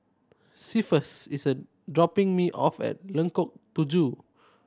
is dropping me off at Tujuh